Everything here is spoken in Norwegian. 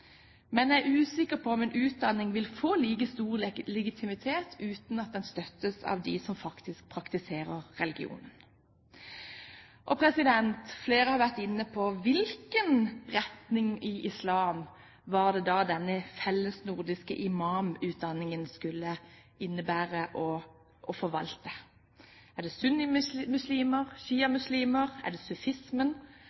utdanning ville fått like stor legitimitet uten at den ble støttet av dem som faktisk praktiserer religionen. Flere har vært inne på hvilken retning innen islam denne fellesnordiske imamutdanningen skulle innebære å forvalte. Var det